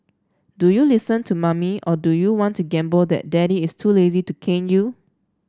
do you listen to mommy or do you want to gamble that daddy is too lazy to cane you